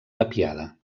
tapiada